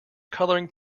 colouring